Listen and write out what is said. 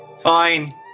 Fine